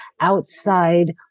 outside